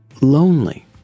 lonely